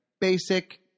basic